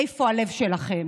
איפה הלב שלכם?